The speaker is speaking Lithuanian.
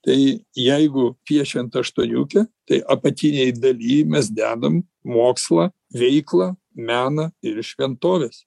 tai jeigu piešiant aštuoniukę tai apatinėj daly mes dedam mokslą veiklą meną ir šventoves